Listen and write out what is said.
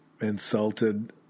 insulted